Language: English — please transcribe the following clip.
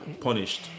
Punished